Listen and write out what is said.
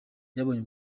byabonye